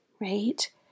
right